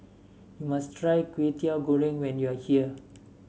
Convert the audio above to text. you must try Kwetiau Goreng when you are here